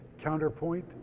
counterpoint